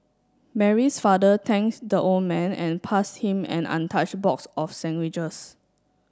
Mary's father thanked the old man and pass him an untouched box of sandwiches